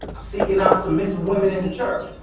seeking out some missing women in the church.